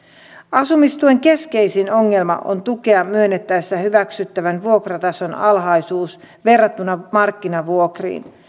asumistuen keskeisin ongelma on tukea myönnettäessä hyväksyttävän vuokratason alhaisuus verrattuna markkinavuokriin